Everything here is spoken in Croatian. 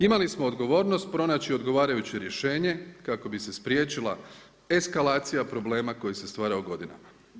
Imali smo odgovornost pronaći odgovarajuće rješenje kako bi se spriječila eskalacija problema koja se stvarala godinama.